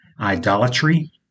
idolatry